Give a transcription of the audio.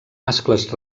mascles